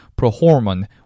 prohormone